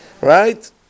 Right